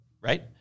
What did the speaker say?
right